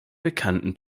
bekannten